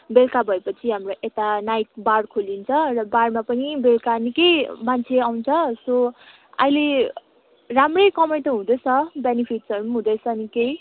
बेलुका भएपछि हाम्रो यता नाइट बार खोलिन्छ र बारमा पनि बेलुका निकै मान्छे आउँछ सो अहिले राम्रै कमाइ त हुँदैछ बेनिफिट्सहरू पनि हुँदैछ निकै